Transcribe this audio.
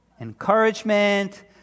encouragement